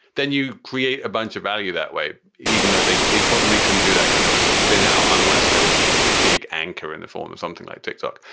then you create a bunch of value that way, even though they probably couldn't do that kind of a spin out unless there was a big anchor in the form of something like tick tock.